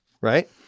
right